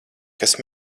kas